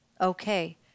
Okay